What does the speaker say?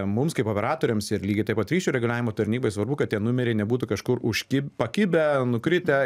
mums kaip operatoriams ir lygiai taip pat ryšių reguliavimo tarnybai svarbu kad tie numeriai nebūtų kažkur užkib pakibę nukritę